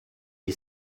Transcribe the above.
est